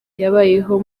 yabayeho